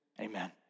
amen